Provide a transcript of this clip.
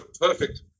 Perfect